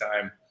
time